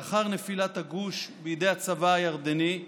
לאחר נפילת הגוש בידי הצבא הירדני,